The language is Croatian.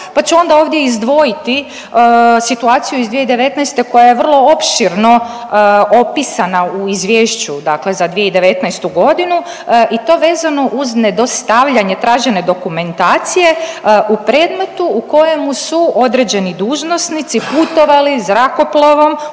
Pa ću onda ovdje izdvojiti situaciju iz 2019. koja je vrlo opširno opisana u izvješću za 2019.g. i to vezano uz nedostavljanje tražene dokumentacije u predmetu u kojemu su određeni dužnosnici putovali zrakoplovom